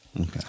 Okay